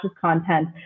content